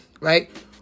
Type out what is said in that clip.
right